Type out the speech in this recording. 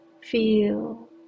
Feel